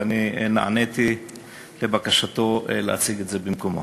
ואני נעניתי לבקשתו להציג את זה במקומו.